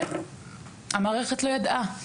המערכת לא ידעה.